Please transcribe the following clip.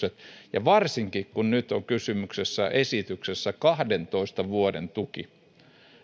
maksimikustannukset varsinkin kun nyt on kysymyksessä esityksessä kahdentoista vuoden tuki